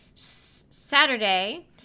saturday